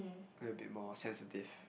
a bit more sensitive